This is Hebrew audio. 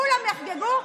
כולם יחגגו.